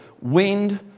Wind